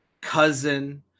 cousin